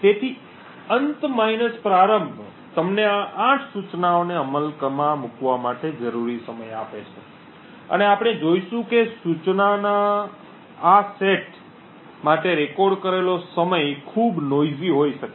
તેથી અંત પ્રારંભ તમને આ 8 સૂચનાઓને અમલમાં મૂકવા માટે જરૂરી સમય આપે છે અને આપણે જોઇશું કે સૂચનોના આ સેટ માટે રેકોર્ડ કરેલો સમય ખૂબ ઘોંઘાટીભર્યો હોઈ શકે